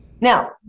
now